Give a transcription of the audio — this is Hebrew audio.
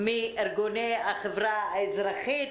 מארגוני החברה האזרחית